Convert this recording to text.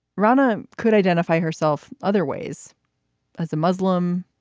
rana could identify herself other ways as a muslim,